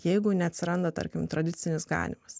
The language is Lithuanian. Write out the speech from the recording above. jeigu neatsiranda tarkim tradicinis ganymas